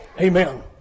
Amen